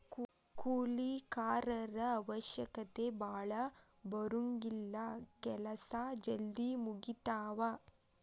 ಕೂಲಿ ಕಾರರ ಅವಶ್ಯಕತೆ ಭಾಳ ಬರುಂಗಿಲ್ಲಾ ಕೆಲಸಾ ಜಲ್ದಿ ಮುಗಿತಾವ